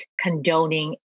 condoning